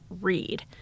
read